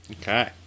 okay